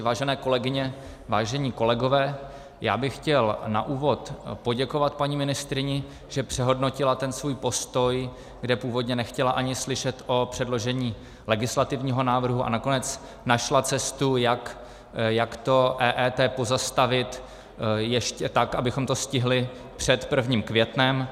Vážené kolegyně, vážení kolegové, já bych chtěl na úvod poděkovat paní ministryni, že přehodnotila svůj postoj, kde původně nechtěla ani slyšet o předložení legislativního návrhu, a nakonec našla cestu, jak EET pozastavit ještě tak, abychom to stihli před 1. květnem.